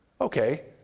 Okay